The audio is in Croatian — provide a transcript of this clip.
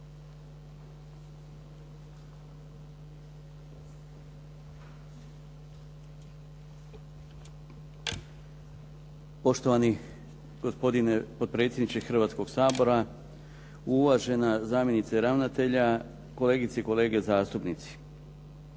Poštovani gospodine potpredsjedniče Hrvatskog sabora, uvažena zamjenice ravnatelja, kolegice i kolege zastupnici.